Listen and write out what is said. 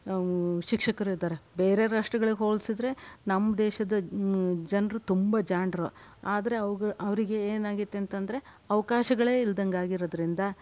ಶಿಕ್ಷಕರಿದ್ದಾರೆ ಬೇರೆ ರಾಷ್ಟ್ರಗಳಿಗೆ ಹೋಲ್ಸಿದರೆ ನಮ್ಮ ದೇಶದ ಜನರು ತುಂಬ ಜಾಣರು ಆದರೆ ಅವಾಗ ಅವರಿಗೆ ಏನಾಗಿತ್ತು ಅಂತಂದರೆ ಅವಕಾಶಗಳೇ ಇಲ್ಲದಂಗೆ ಆಗಿರೋದರಿಂದ